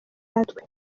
natwe